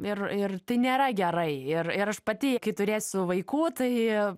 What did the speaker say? ir ir tai nėra gerai ir ir aš pati kai turėsiu vaikų tai